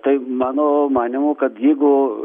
tai mano manymu kad jeigu